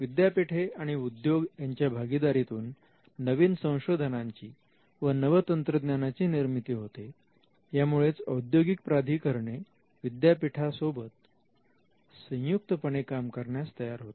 विद्यापीठे आणि उद्योग यांच्या भागीदारीतून नवीन संशोधनांची व नव तंत्रज्ञानाची निर्मिती होते यामुळेच औद्योगिक प्राधिकरणे विद्यापीठांत सोबत संयुक्तपणे काम करण्यास तयार होतात